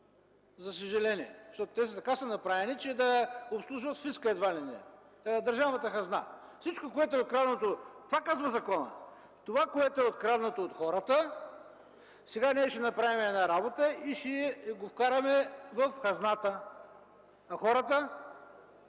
за съжаление. Те така са направени, че да обслужват фиска едва ли не, държавната хазна. Всичко, което е откраднато – това казва законът, това, което е откраднато от хората: сега ние ще направим една работа и ще го вкараме в хазната, а хората?